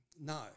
No